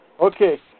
Okay